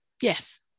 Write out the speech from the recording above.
yes